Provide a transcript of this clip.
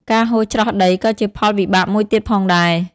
ការហូរច្រោះដី ក៏ជាផលវិបាកមួយទៀតផងដែរ។